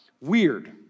weird